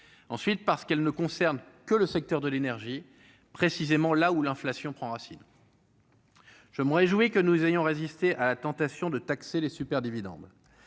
ensuite parce qu'elle ne concerne que le secteur de l'énergie, précisément là où l'inflation prend racine. Je me réjouis que nous ayons résister à la tentation de taxer les super-dividendes